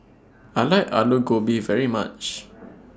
I like Alu Gobi very much